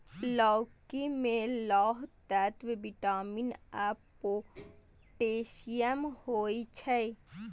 लौकी मे लौह तत्व, विटामिन आ पोटेशियम होइ छै